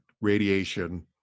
radiation